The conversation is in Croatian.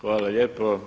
Hvala lijepo.